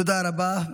תודה רבה.